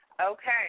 Okay